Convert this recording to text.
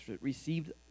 Received